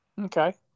Okay